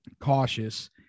cautious